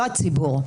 לא הציבור.